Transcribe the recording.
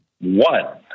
One